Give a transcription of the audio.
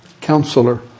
Counselor